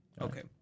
Okay